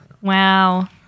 Wow